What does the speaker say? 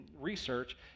research